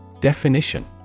Definition